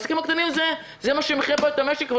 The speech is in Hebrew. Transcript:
העסקים הקטנים הם מה שמחייה פה את המשק.